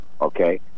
okay